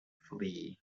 flee